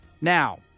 Now